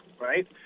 right